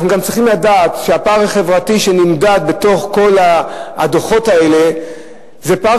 אנחנו גם צריכים לדעת שהפער החברתי שנמדד בכל הדוחות האלה זה פער